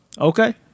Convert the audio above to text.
Okay